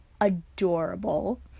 adorable